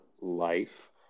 life